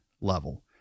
level